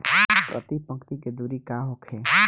प्रति पंक्ति के दूरी का होखे?